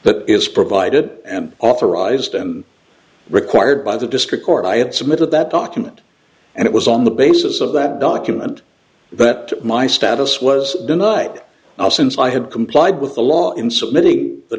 that is provided and authorized and required by the district court i had submitted that document and it was on the basis of that document but my status was denied since i had complied with the law in submitting